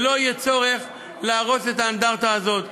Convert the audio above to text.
ולא יהיה צורך להרוס את האנדרטה הזאת,